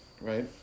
right